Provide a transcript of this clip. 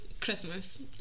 Christmas